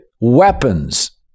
weapons